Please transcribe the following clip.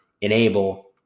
enable